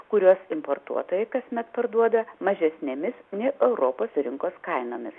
kuriuos importuotojai kasmet parduoda mažesnėmis ni europos rinkos kainomis